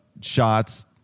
shots